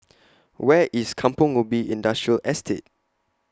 Where IS Kampong Ubi Industrial Estate